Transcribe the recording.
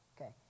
Okay